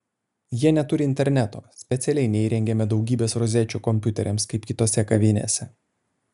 jie neturi interneto specialiai neįrengėme daugybės rozečių kompiuteriams kaip kitose kavinėse